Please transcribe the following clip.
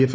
F